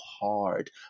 hard